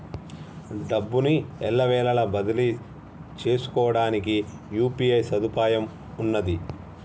డబ్బును ఎల్లవేళలా బదిలీ చేసుకోవడానికి యూ.పీ.ఐ సదుపాయం ఉన్నది